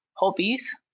Hobbies